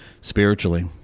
spiritually